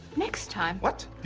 next time? what?